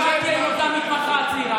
ומה יהיה עם אותה מתמחה צעירה?